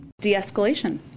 De-escalation